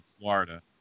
florida